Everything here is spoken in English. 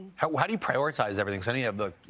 how how do you prioritize everything, the